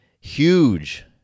huge